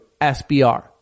SBR